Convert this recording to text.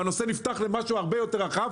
הנושא נפתח למשהו הרבה יותר רחב,